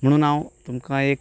म्हणून हांव तुमकां एक